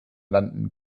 landen